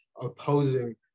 opposing